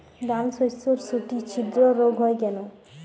ডালশস্যর শুটি ছিদ্র রোগ হয় কেন?